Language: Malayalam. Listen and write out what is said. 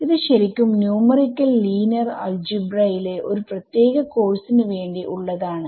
ഇത് ശരിക്കും ന്യൂമറിക്കൽ ലീനിയർ അൽജിബ്രാ യിലെ ഒരു പ്രത്യേക കോഴ്സിനു വേണ്ടി ഉള്ളതാണ്